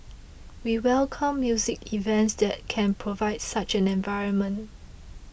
we welcome music events that can provide such an environment